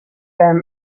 them